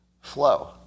Flow